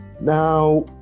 Now